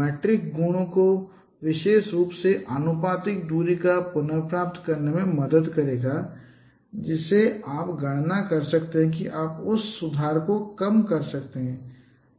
metric गुणों को विशेष रूप से आनुपातिक दूरी को पुनर्प्राप्त करने में मदद करता है जिसे आप गणना कर सकते हैं कि आप उस सुधार को कम कर सकते हैं